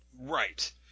Right